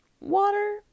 water